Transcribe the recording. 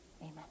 amen